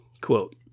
Quote